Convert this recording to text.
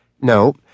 No